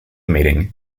meeting